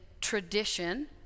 tradition